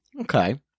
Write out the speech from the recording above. Okay